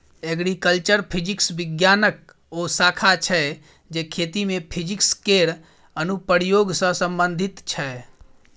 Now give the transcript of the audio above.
agriculture physics बिज्ञानक ओ शाखा छै जे खेती मे फिजिक्स केर अनुप्रयोग सँ संबंधित छै